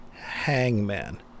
Hangman